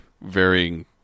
varying